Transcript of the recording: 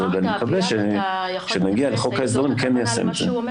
אני מקווה שכשנגיע לחוק הסדרים כן ניישם את זה.